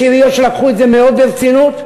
יש עיריות שלקחו את זה מאוד ברצינות.